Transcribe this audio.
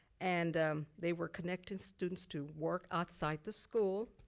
and they were connecting students to work outside the school.